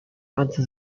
until